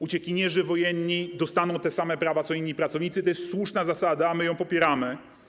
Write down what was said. Uciekinierzy wojenni dostaną te same prawa, co inni pracownicy - to jest słuszna zasada, my ją popieramy.